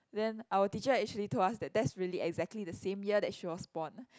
then our teacher actually told us that that's really exactly the same year that she was born